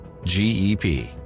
GEP